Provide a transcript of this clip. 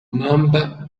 mamba